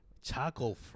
Choco